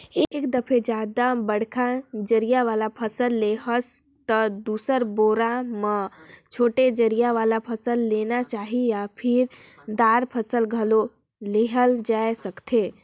एक दफे जादा बड़का जरई वाला फसल ले हस त दुसर बेरा म छोटे जरई वाला फसल लेना चाही या फर, दार फसल घलो लेहल जाए सकथे